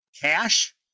cash